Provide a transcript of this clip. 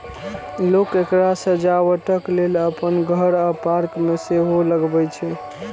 लोक एकरा सजावटक लेल अपन घर आ पार्क मे सेहो लगबै छै